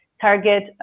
target